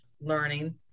learning